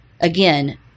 again